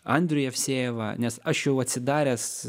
andrių jevsejevą nes aš jau atsidaręs